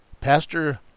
Pastor